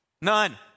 None